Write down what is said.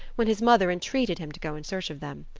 when his mother entreated him to go in search of them.